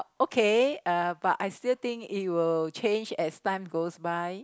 okay uh but I still think it will change as time goes by